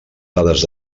dades